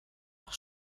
auch